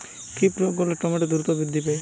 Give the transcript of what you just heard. কি প্রয়োগ করলে টমেটো দ্রুত বৃদ্ধি পায়?